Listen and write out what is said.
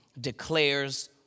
declares